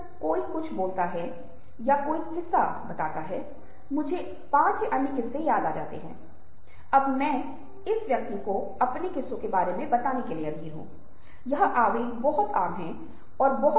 अब यह कुछ ऐसा है जो मैंने पहले ही अपने घंटे के संगीत अध्ययन में संक्षेप में साझा किया है लेकिन हम पाते हैं कि उदाहरण के लिए जब हमने संगीत पर शोध किया तो हमने पाया कि यदि आप काफी लंबे समय तक संगीत सुनते हैं तो संगीत